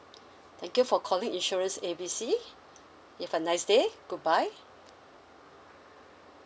thank you for calling insurance A B C you have a nice day goodbye